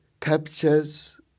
captures